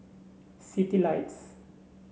Citylights